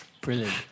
Brilliant